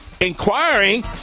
inquiring